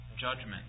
judgment